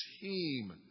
team